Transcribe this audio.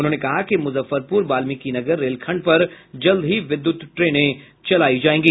उन्होंने कहा कि मुजफ्फरपुर बात्मिकीनगर रेलखंड पर जल्द ही विद्युत ट्रेनें चलायी जायेगी